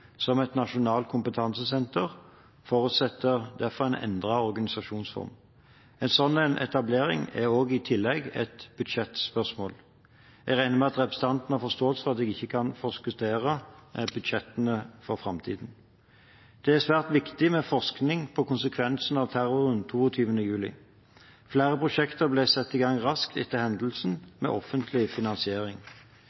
som et nasjonalt kompetansesenter forutsetter derfor en endret organisasjonsform. En slik etablering er i tillegg et budsjettspørsmål. Jeg regner med at representanten har forståelse for at jeg ikke kan forskuttere budsjettene for framtiden. Det er svært viktig med forskning på konsekvensen av terroren 22. juli. Flere prosjekter ble satt i gang raskt etter hendelsen, med offentlig finansiering.